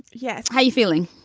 yes. how you feeling?